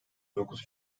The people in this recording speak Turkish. dokuz